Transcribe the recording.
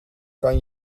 kan